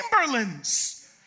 Chamberlains